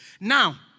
Now